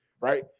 right